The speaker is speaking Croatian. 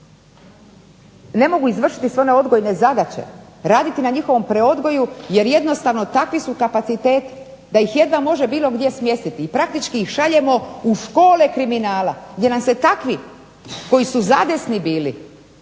ne mogu izvršiti sve one odgojne zadaće, raditi na njihovom preodgoju jer jednostavno takvi su kapaciteti da ih jedva može bilo gdje smjestiti. I praktički ih šaljemo u škole kriminala jer nam se takvi koji su zadesni bili,